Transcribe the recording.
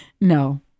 No